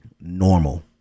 normal